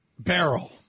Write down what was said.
barrel